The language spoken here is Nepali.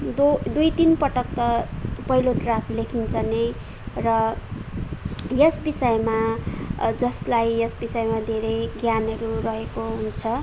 दो दुई तिन पटक त पहिलो ड्राफ्ट लेखिन्छ नै र यस विषयमा जसलाई यस विषयमा धेरै ज्ञानहरू रहेको हुन्छ